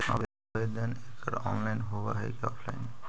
आवेदन एकड़ ऑनलाइन होव हइ की ऑफलाइन?